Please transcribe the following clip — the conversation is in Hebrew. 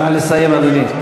נא לסיים, אדוני.